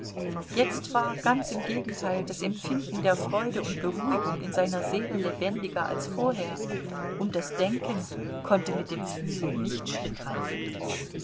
jetzt war ganz im gegenteil das empfinden der freude und beruhigung in seiner seele lebendiger als vorher und das denken konnte mit dem fühlen nicht schritt halten